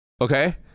okay